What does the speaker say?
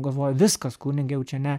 galvoja viskas kunige jau čia ne